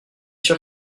sûr